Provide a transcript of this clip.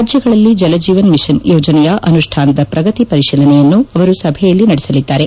ರಾಜ್ಯಗಳಲ್ಲಿ ಜಲಜೀವನ್ ಮಿಷನ್ ಯೋಜನೆಯ ಅನುಷ್ಠಾನದ ಪ್ರಗತಿ ಪರಿಶೀಲನೆಯನ್ನು ಅವರು ಸಭೆಯಲ್ಲಿ ನಡೆಸಲಿದ್ದಾರೆ